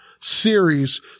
series